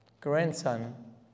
grandson